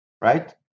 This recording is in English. Right